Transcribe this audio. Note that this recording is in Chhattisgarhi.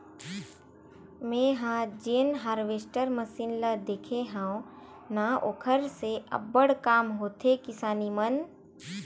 मेंहा जेन हारवेस्टर मसीन ल देखे हव न ओखर से अब्बड़ काम होथे किसानी मन